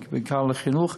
בעיקר בחינוך,